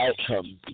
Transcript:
outcome